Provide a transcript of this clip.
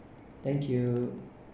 thank you